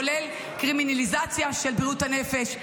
כולל קרימינליזציה של בריאות הנפש.